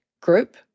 group